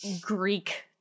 Greek